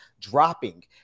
dropping